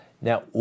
Now